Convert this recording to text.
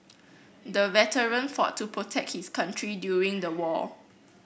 the veteran fought to protect his country during the war